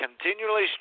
continually